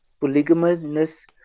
polygamous